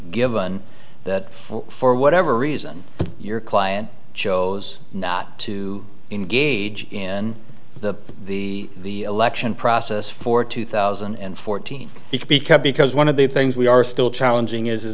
given that for whatever reason your client chose not to engage in the the election process for two thousand and fourteen he could be cut because one of the things we are still challenging is